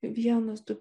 vienas tų